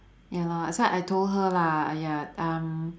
ya lor that's why I told her lah !aiya! um